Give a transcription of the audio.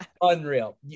unreal